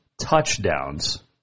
touchdowns